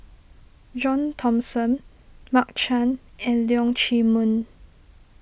John Thomson Mark Chan and Leong Chee Mun